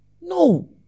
No